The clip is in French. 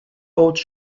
haute